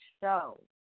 show